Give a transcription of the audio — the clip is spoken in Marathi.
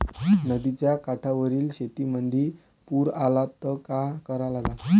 नदीच्या काठावरील शेतीमंदी पूर आला त का करा लागन?